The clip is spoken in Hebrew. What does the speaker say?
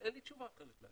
אין לי תשובה אחרת.